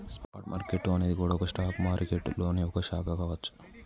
spot market అనేది గూడా stock మారికెట్టులోనే ఒక శాఖ కావచ్చు